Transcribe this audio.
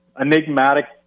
enigmatic